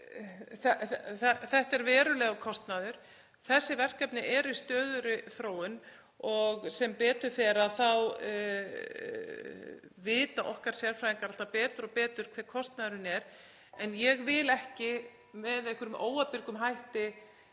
þetta er verulegur kostnaður. Þessi verkefni eru í stöðugri þróun og sem betur fer þá vita okkar sérfræðingar alltaf betur og betur hver kostnaðurinn er. Ég vil ekki með einhverjum óábyrgum hætti